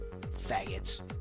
Faggots